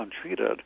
untreated